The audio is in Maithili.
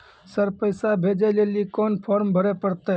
सर पैसा भेजै लेली कोन फॉर्म भरे परतै?